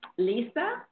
Lisa